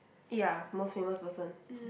ya most famous person